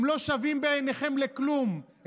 הם לא שווים בעיניכם כלום,